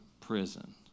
prison